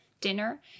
dinner